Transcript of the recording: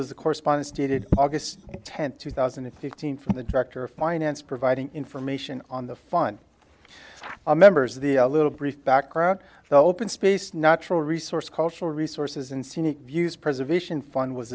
is a correspondence dated august tenth two thousand and fifteen from the director of finance providing information on the fun a members of the little brief background the open space natural resource cultural resources and scenic views preservation fund was